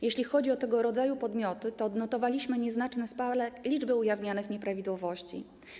Jeśli chodzi o tego rodzaju podmioty, to odnotowaliśmy nieznaczny spadek liczby ujawnianych nieprawidłowości.